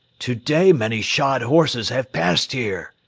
today many shod horses have passed here!